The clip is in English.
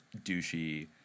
douchey